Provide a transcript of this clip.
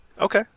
Okay